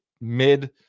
mid